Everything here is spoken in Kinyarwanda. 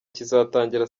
kizatangira